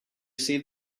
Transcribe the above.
safe